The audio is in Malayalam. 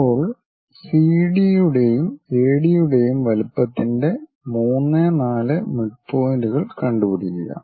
ഇപ്പോൾ സിഡിയുടെയും എഡിയുടെയും വലിപ്പത്തിൻ്റ 3 4 മിഡ്പോയിന്റുകൾ കണ്ടു പിടിക്കുക